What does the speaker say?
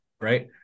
right